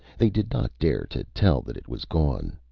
they did not dare to tell that it was gone.